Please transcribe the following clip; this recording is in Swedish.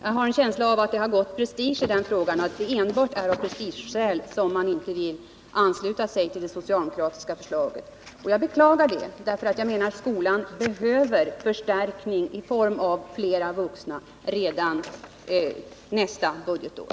Jag har en känsla av att det har gått prestige i frågan och att det enbart är av prestigeskäl som de borgerliga inte vill ansluta sig till det socialdemokratiska förslaget. Jag beklagar detta därför att jag anser att skolan behöver förstärkning i form av flera vuxna redan nästa budgetår.